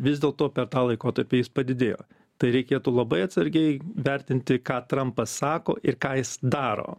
vis dėlto per tą laikotarpį jis padidėjo tai reikėtų labai atsargiai vertinti ką trampas sako ir ką jis daro